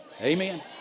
Amen